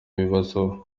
ibibazo